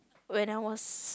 when I was